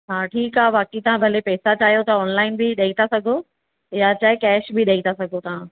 हा ठीकु आहे बाक़ी तव्हां भले पेसा चायो तव्हां ऑनलाइन बि ॾई था सघो या चाहे कैश बि ॾई था सघो तव्हां